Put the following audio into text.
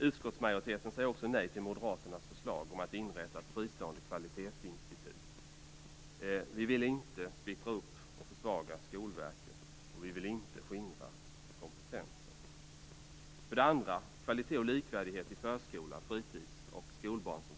Utskottsmajoriteten säger också nej till Moderaternas förslag om att inrätta ett fristående kvalitetsinstitut. Vi vill inte splittra upp och försvaga Skolverket, och vi vill inte skingra kompetensen. För det andra är det fråga om kvalitet och likvärdighet i förskola samt fritids och skolbarnsomsorgen.